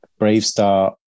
Bravestar